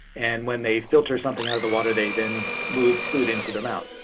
and when they filter something out of the water, they then move food into their mouth.